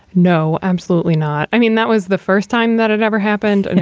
no, absolutely not. i mean, that was the first time that it ever happened. and